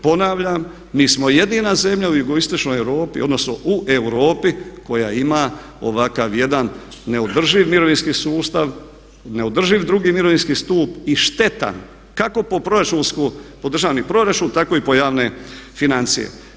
Ponavljam, mi smo jedina zemlja u Jugoistočnoj Europi odnosno u Europi koja ima ovakav jedan neodrživi mirovinski sustav, neodrživ drugi mirovinski stup i šteta kako po proračunskom, po državni proračun tako i po javne financije.